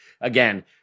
again